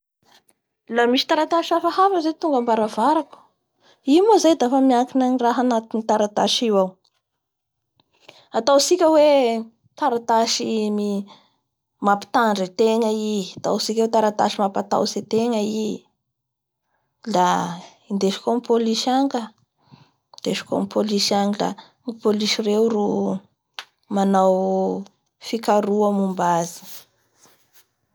Laha misy taratasy hafahafa zao tonga ambaravarako i moa zay dafa miankina amiraha anatin'ny taratasy io ao, ataontsika hoe taratasy mi-mampitandrina ategna, taratasy mamapataotsy ategna i la indesiko amin'ny polisy angny ka indesiko amin'ny polisy agny la, i police reo ro manao fikaroha moba azy.